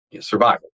survival